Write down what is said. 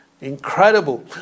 Incredible